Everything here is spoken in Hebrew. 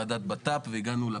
משתנים.